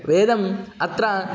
वेदम् अत्र